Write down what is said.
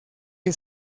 que